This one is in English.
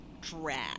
DRAG